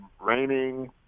raining